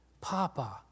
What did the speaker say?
Papa